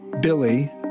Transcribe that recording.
Billy